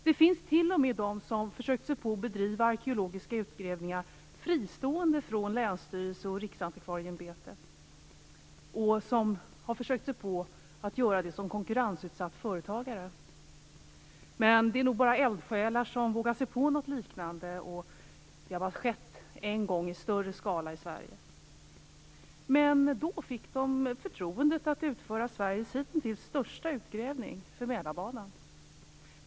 Det finns t.o.m. de som har försökt sig på att bedriva arkeologiska utgrävningar fristående från länsstyrelser och Riksantikvarieämbetet och som har försökt göra det som konkurrensutsatta företagare. Det är nog bara eldsjälar som vågar sig på något liknande, och det har bara skett en gång i större skala i Sverige. Då fick de förtroendet att utföra Sveriges hitintills största utgrävning för Mälarbanan.